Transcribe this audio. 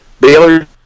Baylor